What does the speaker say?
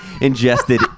ingested